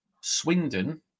Swindon